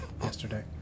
Yesterday